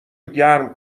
گرم